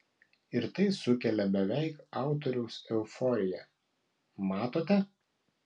ir tai sukelia beveik autoriaus euforiją matote